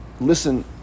listen